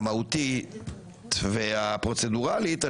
המהותית והפרוצדורלית,